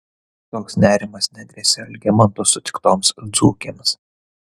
toks nerimas negresia algimanto sutiktoms dzūkėms